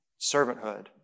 servanthood